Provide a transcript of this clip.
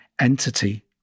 entity